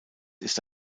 ist